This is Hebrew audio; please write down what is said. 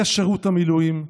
זה שירות המילואים,